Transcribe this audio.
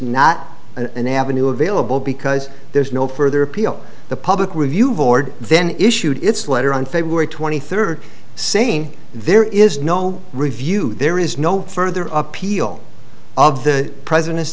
not an avenue available because there's no further appeal the public review board then issued its letter on february twenty third saying there is no review there is no further appeal of the president's